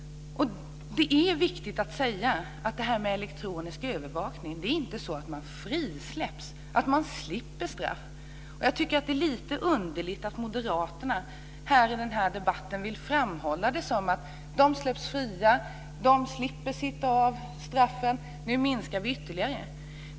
Det är viktigt att säga att elektronisk övervakning inte innebär att man frisläpps, att man slipper straffet. Jag tycker att det är lite underligt att moderaterna här i debatten vill framhålla det som att de släpps fria, de slipper sitta av sitt straff, vi minskar straffen ytterligare.